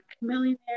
millionaire